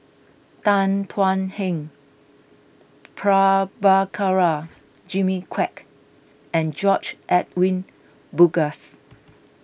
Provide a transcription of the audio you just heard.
Tan Thuan Heng Prabhakara Jimmy Quek and George Edwin Bogaars